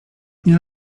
nie